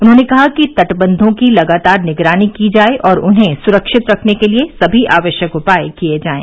उन्होंने कहा कि तटबंधों की लगातार निगरानी की जाए और उन्हें सुरक्षित रखने के लिए सभी आवश्यक उपाय किए जाएं